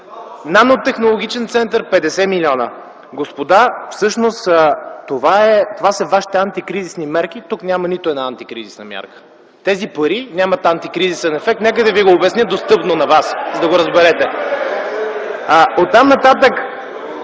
Нанотехнологичен център – 50 млн. лв. Господа, всъщност това са вашите антикризисни мерки. Тук няма нито една антикризисна мярка. Тези пари нямат антикризисен ефект, нека да ви го обясня достъпно на вас, за да го разберете. (Силен